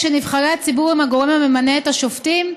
כשנבחרי הציבור הם הגורם הממנה את השופטים,